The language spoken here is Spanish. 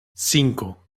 cinco